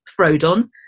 Frodon